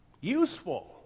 Useful